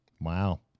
Wow